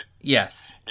Yes